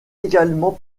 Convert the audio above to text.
également